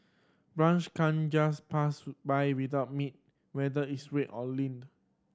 brunch can't just pass by without meat whether it's red or leaned